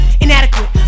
Inadequate